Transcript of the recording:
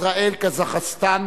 ישראל קזחסטן,